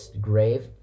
grave